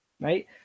Right